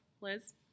Liz